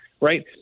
right